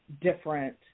Different